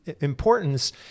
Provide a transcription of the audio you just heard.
importance